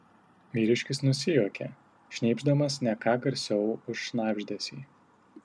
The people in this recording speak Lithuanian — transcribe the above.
vyriškis nusijuokė šnypšdamas ne ką garsiau už šnabždesį